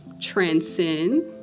transcend